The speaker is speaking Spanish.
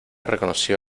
reconoció